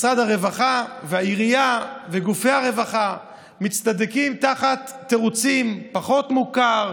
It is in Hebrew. משרד הרווחה והעירייה וגופי הרווחה מצטדקים תחת תירוצים: פחות מוכר,